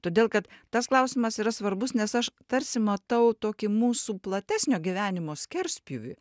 todėl kad tas klausimas yra svarbus nes aš tarsi matau tokį mūsų platesnio gyvenimo skerspjūvį